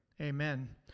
amen